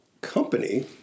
company